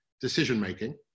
decision-making